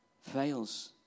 fails